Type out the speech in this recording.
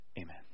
amen